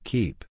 Keep